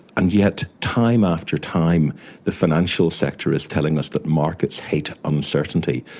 and yet time after time the financial sector is telling us that markets hate uncertainty,